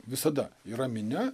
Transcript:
visada yra minia